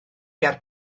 ger